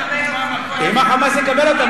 ואם ה"חמאס" יקבל אותם?